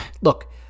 look